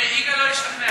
יגאל לא השתכנע.